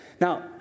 Now